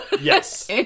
Yes